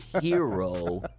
Hero